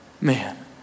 Man